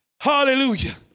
Hallelujah